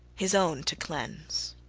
his own to cleanse!